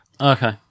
Okay